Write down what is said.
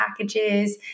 packages